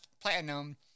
platinum